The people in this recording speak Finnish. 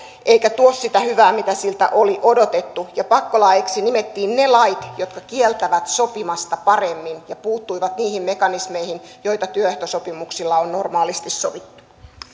tuo sitä hyvää mitä siltä oli odotettu pakkolaeiksi nimettiin ne lait jotka kieltävät sopimasta paremmin ja jotka puuttuivat niihin mekanismeihin joita työehtosopimuksilla on normaalisti sovittu